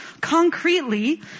concretely